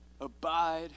Abide